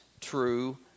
true